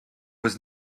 was